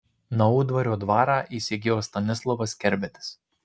naudvario dvarą įsigijo stanislovas kerbedis